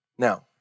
Now